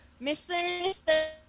Mr